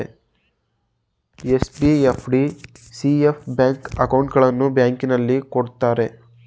SB, FD, CA bank ಅಕೌಂಟ್ಗಳನ್ನು ಬ್ಯಾಂಕ್ಗಳಲ್ಲಿ ಕೊಡುತ್ತಾರೆ